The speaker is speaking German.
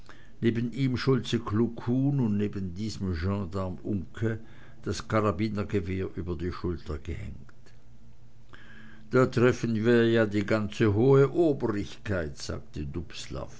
neben ihm schulze kluckhuhn und neben diesem gensdarm uncke das karabinergewehr über die schulter gehängt da treffen wir ja die ganze hohe obrigkeit sagte